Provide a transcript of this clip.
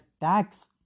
tax